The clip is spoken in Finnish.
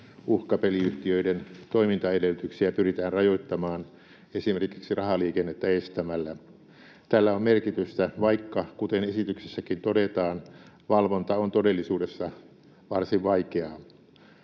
uhkapeliyhtiöiden toimintaedellytyksiä pyritään rajoittamaan esimerkiksi rahaliikennettä estämällä. Tällä on merkitystä, vaikka kuten esityksessäkin todetaan, valvonta on todellisuudessa varsin vaikeaa.